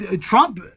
Trump